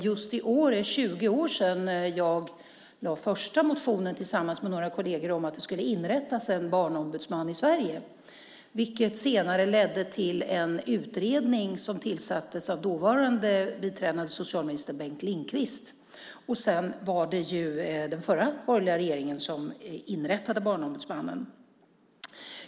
Just i år är det 20 år sedan jag tillsammans med några kolleger väckte den första motionen om att det skulle inrättas en barnombudsman i Sverige, vilket senare ledde till en utredning som tillsattes av dåvarande biträdande socialministern Bengt Lindqvist. Sedan var det den förra borgerliga regeringen som inrättade Barnombudsmannen.